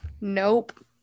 Nope